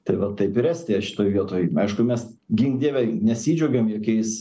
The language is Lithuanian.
tai va taip ir estija šitoj vietoj aišku mes gink dieve nesidžiaugiam jokiais